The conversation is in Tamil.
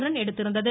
ரன் எடுத்திருந்தது